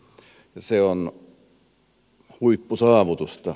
se on huippusaavutus